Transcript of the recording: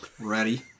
ready